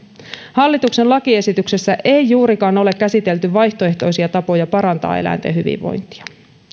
hallituksen lakiesityksessä ei juurikaan ole käsitelty vaihtoehtoisia tapoja parantaa eläinten hyvinvointia